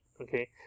okay